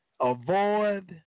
Avoid